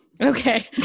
Okay